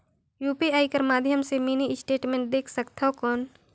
UPI कर माध्यम से मिनी स्टेटमेंट देख सकथव कौन?